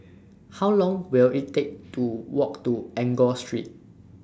How Long Will IT Take to Walk to Enggor Street